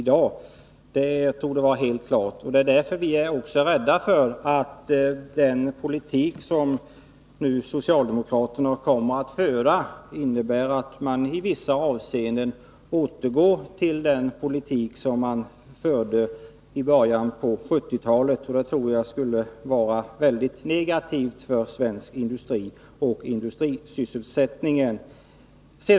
Det torde vara helt klart. Därför är vi också rädda för att den politik som socialdemokraterna kommer att föra skall innebära att man i vissa avseenden återgår till den politik som fördes i början av 1970-talet. Det tror jag skulle vara väldigt negativt för svensk industri och för industrisysselsättningen.